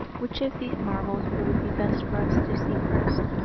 which of these marvels will it be best for us to seek first?